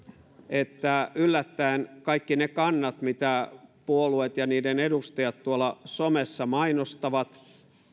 että yllättäen kaikki ne kannat mitä puolueet ja niiden edustajat tuolla somessa mainostavat